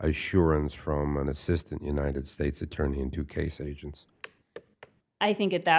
assurance from an assistant united states attorney in two case agents i think at that